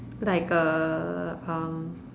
like a uh